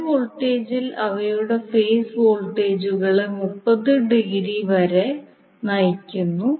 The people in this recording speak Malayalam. ലൈൻ വോൾട്ടേജിൽ അവയുടെ ഫേസ് വോൾട്ടേജുകളെ 30 ഡിഗ്രി വരെ നയിക്കുന്നു